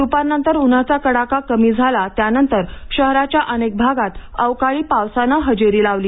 दुपारनंतर उन्हाचा कडाका कमी झालात्यानंतर शहराच्या अनेक भागात अवकाळी पावसाने हजेरी लावली